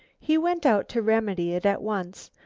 he went out to remedy it at once,